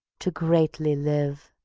to greatly live.